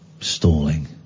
Stalling